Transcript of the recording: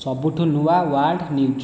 ସବୁଠୁ ନୂଆ world news